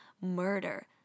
murder